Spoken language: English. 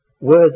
worthy